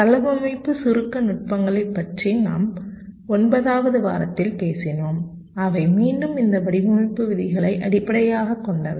தளவமைப்பு சுருக்க நுட்பங்களைப் பற்றி நாம் 9 தாவது வாரத்தில் பேசினோம் அவை மீண்டும் இந்த வடிவமைப்பு விதிகளை அடிப்படையாகக் கொண்டவை